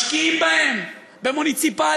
משקיעים בהם במוניציפלי,